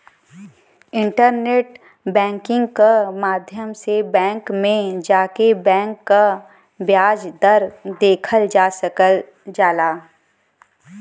internet banking क माध्यम से बैंक में जाके बैंक क ब्याज दर देखल जा सकल जाला